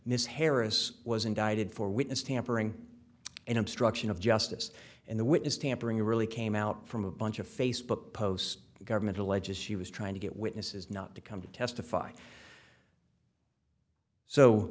ms harris was indicted for witness tampering and obstruction of justice and the witness tampering really came out from a bunch of facebook posts government alleges she was trying to get witnesses not to come to testify so